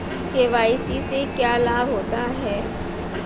KYC से क्या लाभ होता है?